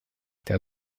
der